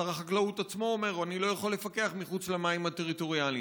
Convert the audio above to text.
שר החקלאות עצמו אומר: אני לא יכול לפקח מחוץ למים הטריטוריאליים.